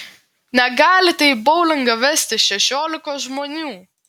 negalite į boulingą vestis šešiolikos žmonių